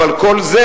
אבל כל זה,